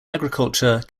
agriculture